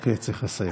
רק צריך לסיים.